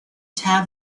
tear